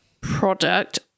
Product